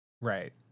Right